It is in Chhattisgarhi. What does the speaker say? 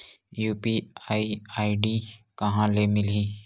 यू.पी.आई आई.डी कहां ले मिलही?